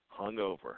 hungover